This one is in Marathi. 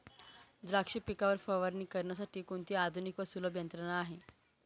द्राक्ष पिकावर फवारणी करण्यासाठी कोणती आधुनिक व सुलभ यंत्रणा आहे?